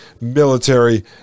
Military